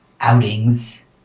outings